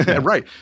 right